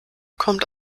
kommt